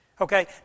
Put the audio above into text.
Okay